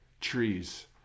Trees